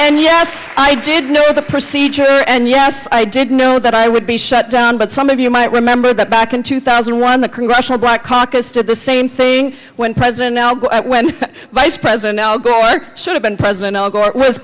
and yes i did know the procedure and yes i did know that i would be shut down but some of you might remember that back in two thousand and one the congressional black caucus to the same thing when president al gore when vice president al gore should have been president al gore was